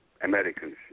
Americans